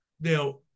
now